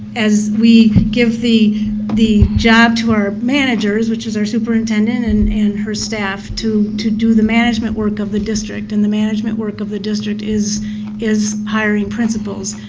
as we give the the job to our managers, which is our superintendent and and staff to to do the management work of the district. and the management work of the district is is hiring principals.